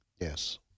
Yes